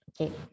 Okay